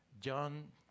John